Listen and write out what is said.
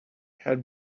had